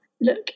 Look